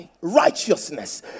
righteousness